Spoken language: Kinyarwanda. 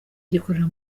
gikorera